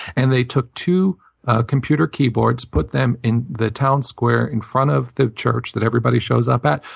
and they took two computer keyboards, put them in the town square in front of the church that everybody shows up at,